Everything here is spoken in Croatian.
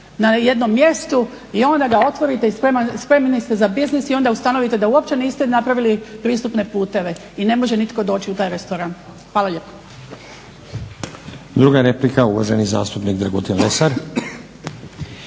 na jednom mjestu i onda ga otvorite i spremni ste za biznis i onda ustanovite da uopće niste napravili pristupne puteve. I ne može nitko doći u taj restoran. Hvala lijepo.